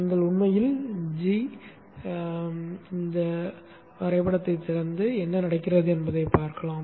நீங்கள் உண்மையில் g திட்டவட்டத்தைத் திறந்து என்ன நடக்கிறது என்பதைப் பார்க்கலாம்